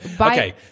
Okay